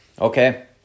Okay